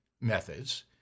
methods